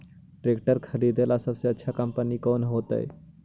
Tractor खरीदेला सबसे अच्छा कंपनी कौन होतई?